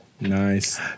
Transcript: Nice